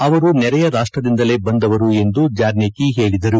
ಅವರು ನೆರೆಯ ರಾಷ್ಟದಿಂದಲೇ ಬಂದವರು ಎಂದು ಜಾರ್ನೇಕಿ ಹೇಳಿದರು